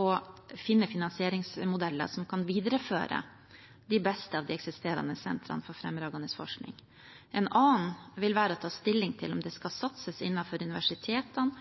å finne finansieringsmodeller som kan videreføre de beste av de eksisterende sentrene for fremragende forskning. En annen vil være å ta stilling til om det skal satses innenfor universitetene,